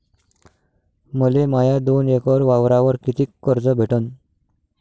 मले माया दोन एकर वावरावर कितीक कर्ज भेटन?